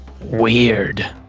weird